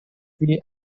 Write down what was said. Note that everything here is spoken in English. free